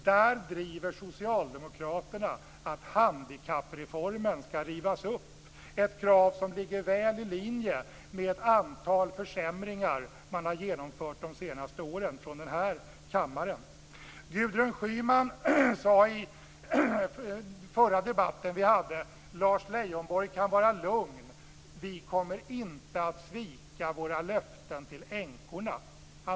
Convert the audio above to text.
Där driver Socialdemokraterna att handikappreformen skall rivas upp, ett krav som ligger väl i linje med antalet försämringar som man har genomfört under de senaste åren från den här kammaren. Gudrun Schyman sade i den förra debatten som vi hade: Lars Leijonborg kan vara lugn. Vi kommer inte att svika våra löften till änkorna.